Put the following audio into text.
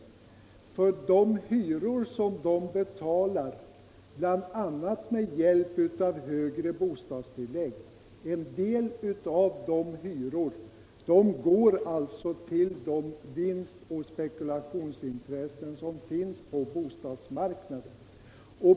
En del av de hyror som de betalar, bl.a. med hjälp av högre bostadstillägg, går alltså till de vinstoch spekulationsintressen som finns på bostadsmarknaden.